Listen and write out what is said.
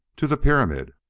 to the pyramid.